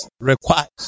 requires